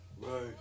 Right